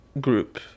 group